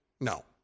no